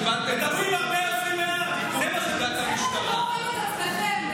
קיבלתם את הסמכות לתיקון פקודת המשטרה,